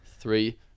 Three